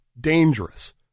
dangerous